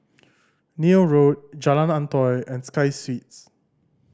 Neil Road Jalan Antoi and Sky Suites